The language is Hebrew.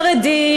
או בגלל החרדים,